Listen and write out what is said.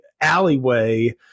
alleyway